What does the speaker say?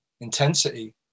intensity